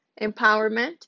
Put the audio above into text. empowerment